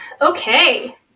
Okay